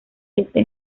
este